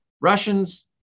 Russians